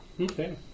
Okay